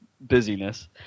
busyness